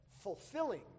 fulfilling